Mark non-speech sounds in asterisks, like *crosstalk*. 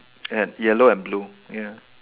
*noise* yellow and blue ya